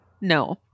no